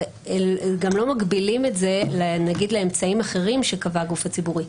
גם לא מגבילים את זה נגיד לאמצעים אחרים שקבע הגוף הציבורי.